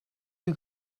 you